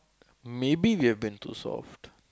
maybe we have been too soft